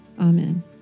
Amen